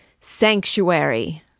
Sanctuary